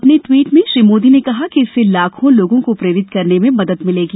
अपने ट्वीट में श्री मोदी ने कहा कि इससे लाखों लोगों को प्रेरित करने में मदद मिलेगी